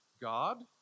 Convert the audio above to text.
God